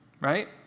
Right